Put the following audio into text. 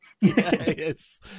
yes